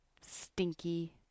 stinky